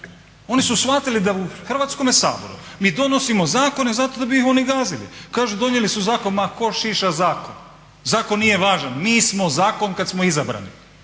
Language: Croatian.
Oni su shvatili da u Hrvatskome saboru mi donosimo zakone zato da bi ih oni gazili. Kažu donijeli su zakon, ma tko šiša zakon, zakon nije važan, mi smo zakon kada smo izabrani.